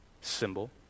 symbol